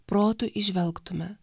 protu įžvelgtume